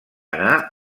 anar